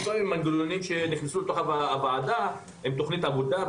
יש כל מיני מנגנונים שנכנסו לתוך הוועדה עם תוכנית עבודה,